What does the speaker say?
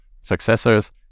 successors